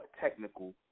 technical